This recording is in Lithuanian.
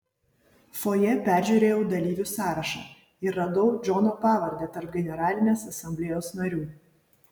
fojė peržiūrėjau dalyvių sąrašą ir radau džono pavardę tarp generalinės asamblėjos narių